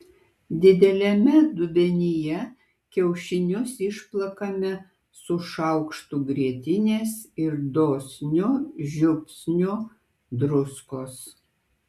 dideliame dubenyje kiaušinius išplakame su šaukštu grietinės ir dosniu žiupsniu druskos